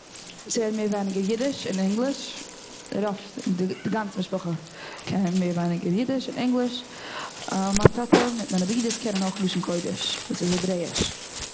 אונז רעדן מער ווייניגער יודיש, און ענגליש. רוב ד- די גאנצע משפחה קען מער ווייניגער יודיש, מיט ענגליש. מיין טאטע מיט מיינע ברידערס קענען אויך לשון הקודש וואס איז העברעיש.